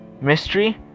mystery